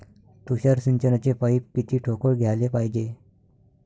तुषार सिंचनाचे पाइप किती ठोकळ घ्याले पायजे?